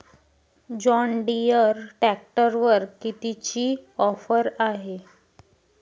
John Deere ट्रॅक्टरवर कितीची offer हाये?